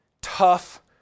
tough